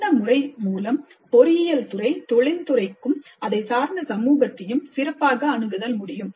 இந்த முறை மூலம் பொறியியல் துறை தொழில் துறைக்கும் அதை சார்ந்த சமூகத்தையும் சிறப்பாக அணுகுதல் முடியும்